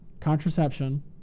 contraception